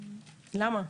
למה?